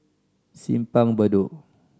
Simpang Bedok